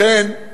לכן,